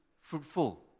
fruitful